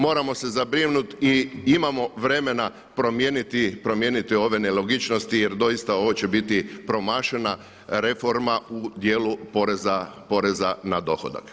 Moramo se zabrinut i imamo vremena promijeniti ove nelogičnosti, jer doista ovo će biti promašena reforma u dijelu poreza na dohodak.